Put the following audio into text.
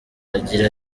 agira